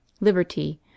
Liberty